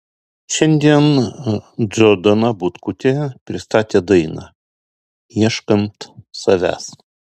šiandien džordana butkutė pristatė dainą ieškant savęs